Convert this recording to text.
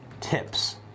tips